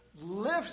lifts